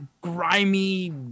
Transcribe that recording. grimy